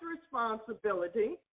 responsibility